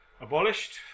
abolished